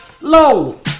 Low